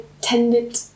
tended